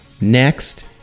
next